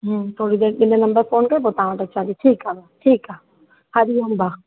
हूं थोरी देरि इन नंबर फ़ोन करे तव्हां वटि अचां थी ठीकु आहे ठीकु आहे हरि ओम भाउ